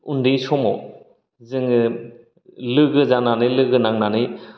उन्दै समाव जोङो लोगो जानानै लोगो नांनानै